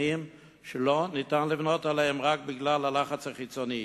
שלא ניתן לבנות עליהם רק בגלל הלחץ החיצוני.